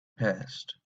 passed